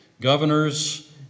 governors